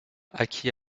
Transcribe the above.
acquis